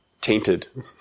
tainted